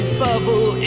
bubble